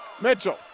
Mitchell